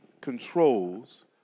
controls